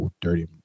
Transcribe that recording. dirty